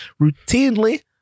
routinely